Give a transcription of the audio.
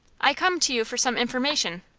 i came to you for some information.